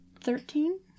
Thirteen